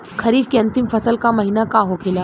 खरीफ के अंतिम फसल का महीना का होखेला?